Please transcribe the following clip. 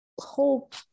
hope